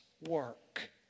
work